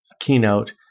keynote